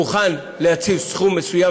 ומוכן להקציב סכום מסוים,